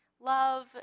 Love